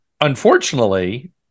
unfortunately